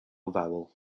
vowel